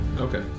Okay